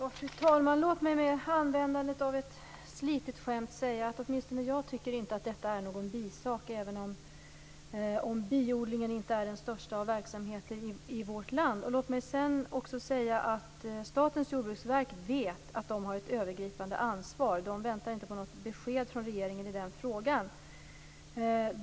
Fru talman! Låt mig med användandet av ett slitet skämt säga att åtminstone jag tycker inte att detta är någon bisak, även om biodlingen inte är den största av verksamheter i vårt land. Statens jordbruksverk vet att man där har ett övergripande ansvar. Man väntar inte på något besked från regeringen i den frågan.